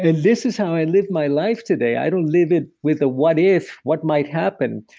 and this is how i live my life today. i don't live in with a what if, what might happen.